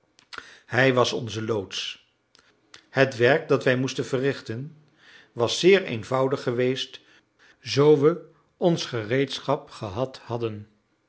hij was onze loods het werk dat wij moesten verrichten was zeer eenvoudig geweest zoo we ons gereedschap gehad hadden